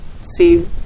see